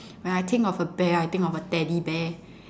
when I think of a bear I think of a teddy bear